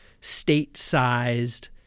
state-sized